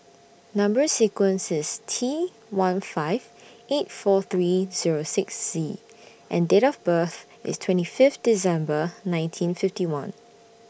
Number sequence IS T one five eight four three Zero six Z and Date of birth IS twenty Fifth December nineteen fifty one